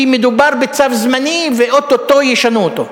כי מדובר בצו זמני ואו-טו-טו ישנו אותו.